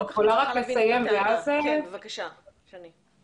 כפי שנאמר לפני כן,